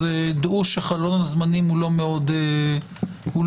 אז דעו שחלון הזמנים הוא לא מאוד ארוך.